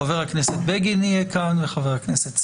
חה"כ בגין יהיה כאן, וחבר הכנסת סעדי.